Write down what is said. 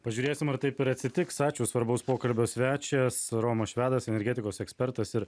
pažiūrėsime ar taip ir atsitiks ačiū svarbaus pokalbio svečias romas švedas energetikos ekspertas ir